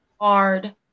hard